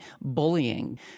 bullying